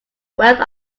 wealth